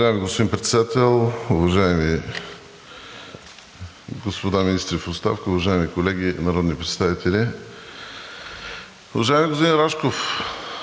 Уважаеми господин Председател, уважаеми господа министри в оставка, уважаеми колеги народни представители! Уважаеми господин Рашков,